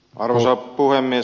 arvoisa puhemies